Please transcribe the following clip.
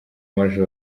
maj